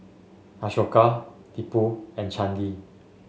Ashoka Tipu and Chandi